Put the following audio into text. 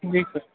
جی سر